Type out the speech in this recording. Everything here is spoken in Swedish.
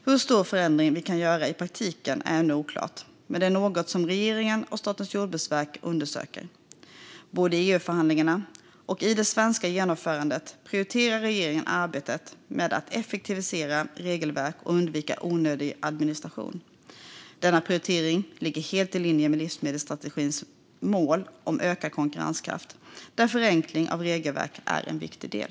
Hur stor förändring vi kan göra i praktiken är ännu oklart, men det är något som regeringen och Statens jordbruksverk undersöker. Både i EU-förhandlingarna och i det svenska genomförandet prioriterar regeringen arbetet med att effektivisera regelverk och undvika onödig administration. Denna prioritering ligger helt i linje med livsmedelsstrategins mål om ökad konkurrenskraft, där förenkling av regelverk är en viktig del.